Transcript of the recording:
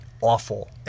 awful